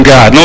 God